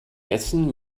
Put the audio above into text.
essen